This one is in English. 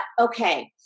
okay